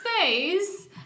space